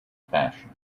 passion